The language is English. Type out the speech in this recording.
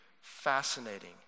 fascinating